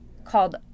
called